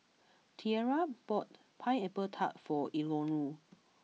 Tierra bought Pineapple Tart for Eleanore